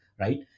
right